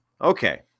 Okay